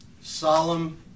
solemn